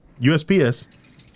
USPS